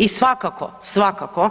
I svakako, svakako